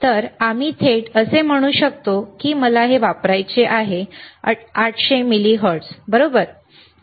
तर आम्ही थेट असे म्हणू शकतो की मला वापरायचे आहे 800 मिलीहर्ट्झ बरोबर